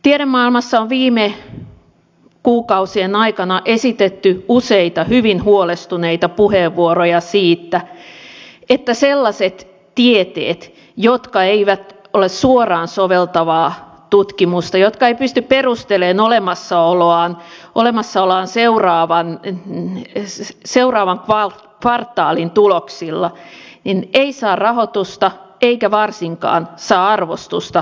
tiedemaailmassa on viime kuukausien aikana esitetty useita hyvin huolestuneita puheenvuoroja siitä että sellaiset tieteet jotka eivät ole suoraan soveltavaa tutkimusta ja jotka eivät pysty perustelemaan olemassaoloaan seuraavan kvartaalin tuloksilla eivät saa rahoitusta eivätkä varsinkaan arvostusta suomalaisessa yhteiskunnassa